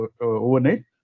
overnight